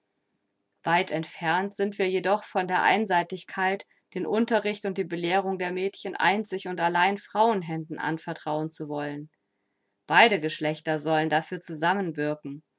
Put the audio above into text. weit entfernt sind wir jedoch von der einseitigkeit den unterricht und die belehrung der mädchen einzig und allein frauenhänden anvertrauen zu wollen beide geschlechter sollen dafür zusammenwirken